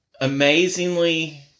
amazingly